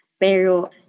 Pero